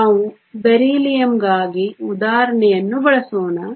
ನಾವು ಬೆರಿಲಿಯಮ್ಗಾಗಿ ಉದಾಹರಣೆಯನ್ನು ಬಳಸೋಣ